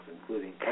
including